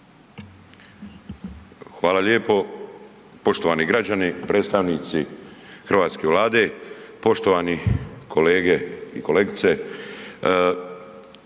Hvala lijepo. Poštovani građani, predstavnici Hrvatske vlade, poštovani kolege i kolegice,